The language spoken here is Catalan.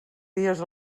dies